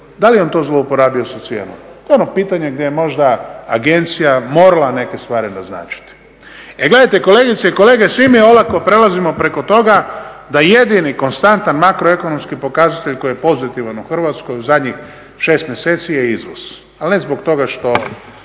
da li je on to zlouporabio sa cijenom' To je ono pitanje gdje je možda agencija morala neke stvari naznačiti. E gledajte kolegice i kolege svi mi olako prelazimo preko toga da je jedini konstantan makroekonomski pokazatelj koji je pozitivan u Hrvatskoj u zadnjih 6 mjeseci je izvoz. Ali ne zbog toga što